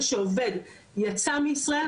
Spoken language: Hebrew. לנו אין דרך ישירה להגיע אליו,